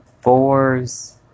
Fours